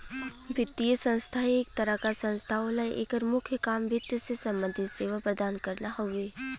वित्तीय संस्था एक तरह क संस्था होला एकर मुख्य काम वित्त से सम्बंधित सेवा प्रदान करना हउवे